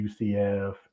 UCF